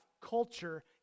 culture